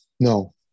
No